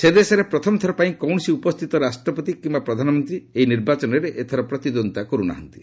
ସେ ଦେଶରେ ପ୍ରଥମଥର ପାଇଁ କୌଣସି ଉପସ୍ଥିତ ରାଷ୍ଟ୍ରପତି କିମ୍ବା ପ୍ରଧାନମନ୍ତ୍ରୀ ଏହି ନିର୍ବାଚନରେ ପ୍ରତିଦ୍ୱନ୍ଦ୍ୱିତା କରୁନାହାନ୍ତି